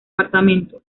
dto